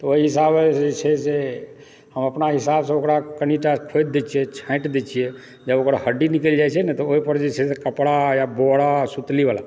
ओइ हिसाबे जे छै से हम अपन हिसाबसँ ओकरा कनिटा खोदि दय छियै छाँटि दैत छियै जब ओकर हड्डी निकलि जाइत छै न तब ओहिपर जे छै से कपड़ा या बोरा सुतली वाला